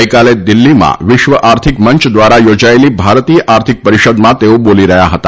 ગઈકાલે દિલ્હીમાં વિશ્વ આર્થિક મંચ દ્વારા યોજાયેલી ભારતીય આર્થિક પરિષદમાં તેઓ બોલી રહ્યા હતા